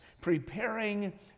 Preparing